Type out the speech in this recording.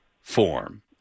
form